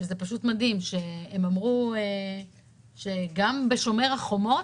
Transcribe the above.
שאמרו שגם ב"שומר החומות"